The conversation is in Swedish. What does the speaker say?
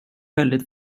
väldigt